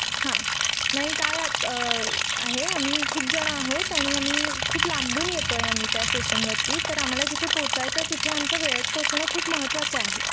हां नाही काय आहे आम्हीही खूप जणं आहोत आणि आम्ही खूप लांबून येतो आहे आम्ही त्या स्टेशनवरती तर आम्हाला जिथे पोचायचं आहे तिथे आमचं वेळेत पोचणं खूप महत्त्वाचं आहे